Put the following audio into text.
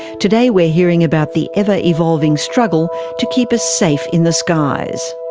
today we're hearing about the ever evolving struggle to keep us safe in the skies.